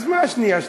אז מה שנייה ושלישית?